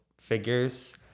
figures